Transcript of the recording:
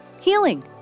healing